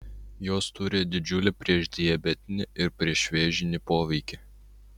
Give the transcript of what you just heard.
jos turi didžiulį priešdiabetinį ir priešvėžinį poveikį